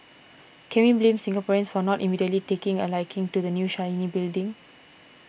can we blame Singaporeans for not immediately taking a liking to the new shiny building